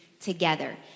together